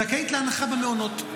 זכאית להנחה במעונות.